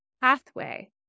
pathway